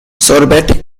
sorbet